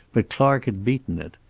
but clark had beaten it.